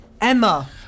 emma